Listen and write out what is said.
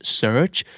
search